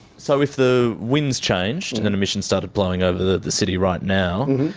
so if the winds changed and and emissions started blowing over the the city right now,